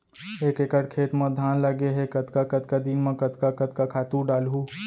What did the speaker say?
एक एकड़ खेत म धान लगे हे कतका कतका दिन म कतका कतका खातू डालहुँ?